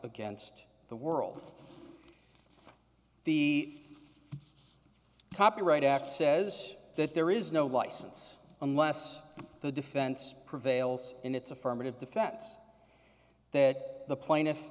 against the world the copyright act says that there is no license unless the defense prevails in its affirmative defense that the pla